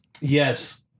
yes